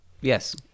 Yes